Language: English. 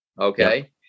okay